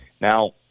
now